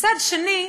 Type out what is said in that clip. מצד שני,